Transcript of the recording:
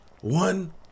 one